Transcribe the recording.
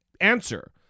answer